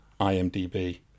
IMDb